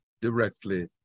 directly